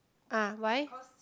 ah why